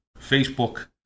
Facebook